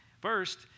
First